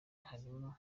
harimo